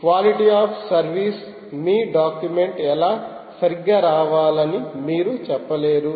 quality of service మీ document ఎలా సరిగ్గా రావాలని మీరు చెప్పలేరు